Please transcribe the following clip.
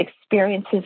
experiences